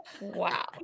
Wow